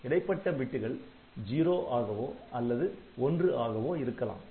இடைப்பட்ட பிட்டுகள் '0' ஆகவோ அல்லது '1' ஆகவோ இருக்கலாம்